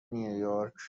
نیویورک